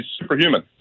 superhuman